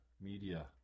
media